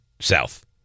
south